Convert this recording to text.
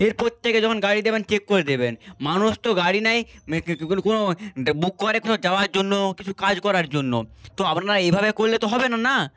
এরপর থেকে যখন গাড়ি দেবেন চেক করে দেবেন মানুষ তো গাড়ি নেয় কোনো বুক করে কোথাও যাওয়ার জন্য কিছু কাজ করার জন্য তো আপনারা এইভাবে করলে তো হবে না না